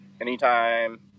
anytime